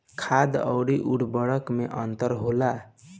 खाद्य आउर उर्वरक में का अंतर होला?